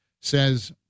says